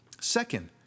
Second